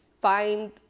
find